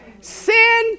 Sin